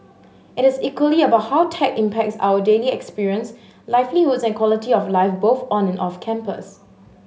it is equally about how tech impacts our daily experience livelihoods and quality of life both on and off campus